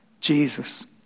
Jesus